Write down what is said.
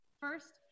First